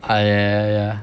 I yeah yeah yeah yeah